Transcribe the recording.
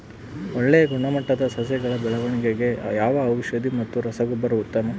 ಒಳ್ಳೆ ಗುಣಮಟ್ಟದ ಸಸಿಗಳ ಬೆಳವಣೆಗೆಗೆ ಯಾವ ಔಷಧಿ ಮತ್ತು ರಸಗೊಬ್ಬರ ಉತ್ತಮ?